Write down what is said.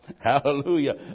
Hallelujah